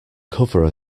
cover